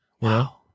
Wow